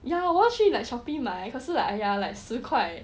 ya 我要去 like Shopee 买可是 like !aiya! like 十块